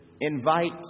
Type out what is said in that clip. invite